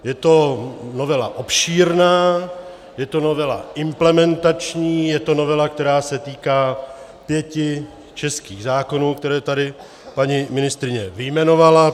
Je to novela obšírná, je to novela implementační, je to novela, která se týká pěti českých zákonů, které tady paní ministryně vyjmenovala.